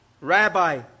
Rabbi